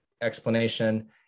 explanation